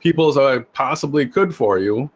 people as i possibly could for you